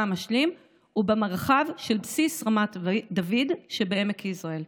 המשלים הוא במרחב של בסיס רמת דוד שבעמק יזרעאל?